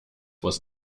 was